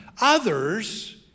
Others